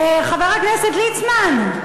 חבר הכנסת ליצמן,